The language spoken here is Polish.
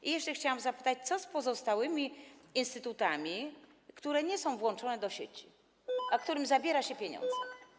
I jeszcze chciałam zapytać o to, co z pozostałymi instytutami, które nie są włączone do sieci, a którym zabiera się pieniądze.